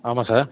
ஆமாம் சார்